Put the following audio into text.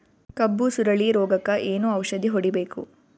ಕಬ್ಬು ಸುರಳೀರೋಗಕ ಏನು ಔಷಧಿ ಹೋಡಿಬೇಕು?